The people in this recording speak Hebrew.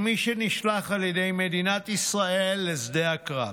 מי שנשלח על ידי מדינת ישראל לשדה הקרב.